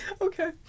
Okay